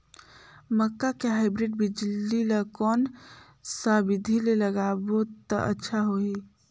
मक्का के हाईब्रिड बिजली ल कोन सा बिधी ले लगाबो त अच्छा होहि?